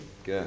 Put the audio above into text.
Good